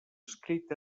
escrit